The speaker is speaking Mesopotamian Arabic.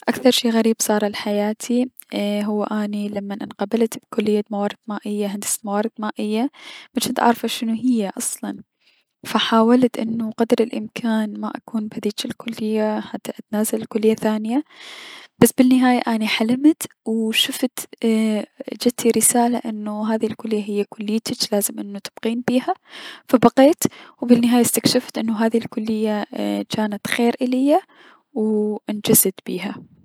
اكثر شي غريب صار لحياتي هو لمن اني انقبلت بكلية موارد مائية هندسة موارد المائية مجنت اعرف شنو هي اصلا فحاولت قدر الأمكان انو ما اكون بذيج الكلية و حتى اتنازل لكلية ثانية بس بلنهاية اني حلمت و شفت اجتي رسالة انو هاي الكلية هي كليتج و لازم تبقين بيها فبقيت و بلنهاية استكشفت انو هاي الكلية جانت خير اليا و انجزت بيها.